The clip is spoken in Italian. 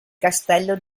castello